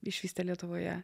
išvysti lietuvoje